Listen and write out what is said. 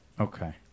Okay